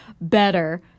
better